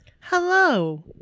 Hello